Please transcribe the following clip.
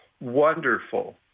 wonderful